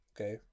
Okay